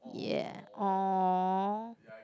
ya orh